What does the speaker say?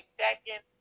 second